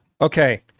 okay